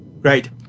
Great